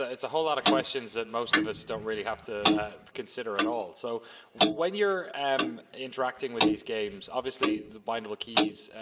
ah it's a whole lot of questions that most of us don't really have to consider at all. so when you're interacting with these games, obviously the bindable keys,